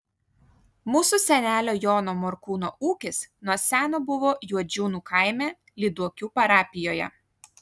mūsų senelio jono morkūno ūkis nuo seno buvo juodžiūnų kaime lyduokių parapijoje